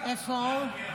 איפה הוא?